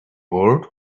bored